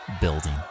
building